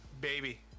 Baby